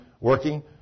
working